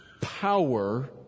power